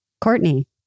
Courtney